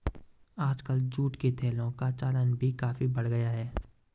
आजकल जूट के थैलों का चलन भी काफी बढ़ गया है